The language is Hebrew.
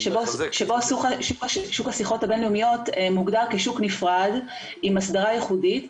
שבו שוק השיחות הבין לאומיות מוגדר כשוק נפרד עם הסדרה ייחודית,